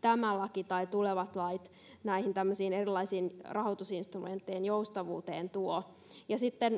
tämä laki tai tulevat lait näihin tämmöisiin erilaisiin rahoitusinstrumenttien joustavuuteen tuo